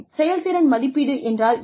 செயல்திறன் மதிப்பீடு என்றால் என்ன